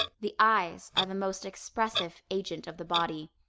the eyes are the most expressive agent of the body.